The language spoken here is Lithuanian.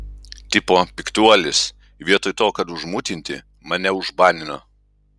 tipo piktuolis vietoj to kad užmutinti mane užbanino